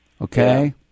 Okay